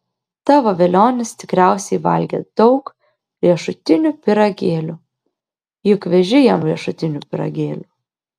tavo velionis tikriausiai valgė daug riešutinių pyragėlių juk veži jam riešutinių pyragėlių